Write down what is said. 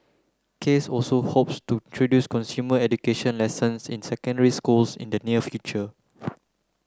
case also hopes to introduce consumer education lessons in secondary schools in the near future